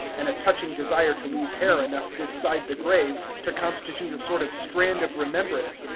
and a touching desire to leave hair enough this side the grave to constitute a sort of strand of remembrance.